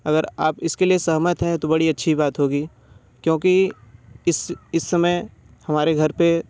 अगर आप इसके लिए सहमत हैं तो बड़ी अच्छी बात होगी क्योंकि इस इस समय हमारे घर पर